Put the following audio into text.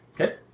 Okay